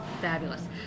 fabulous